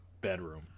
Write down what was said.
bedroom